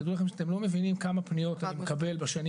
תדעו לכם שאתם לא מבינים כמה פניות אני מקבל בשנים